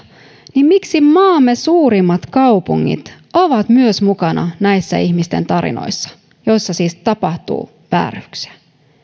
miksi myös maamme suurimmat kaupungit ovat mukana näissä ihmisten tarinoissa joissa siis tapahtuu vääryyksiä